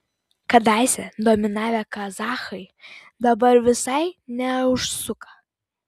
kadaise dominavę kazachai dabar visai neužsuka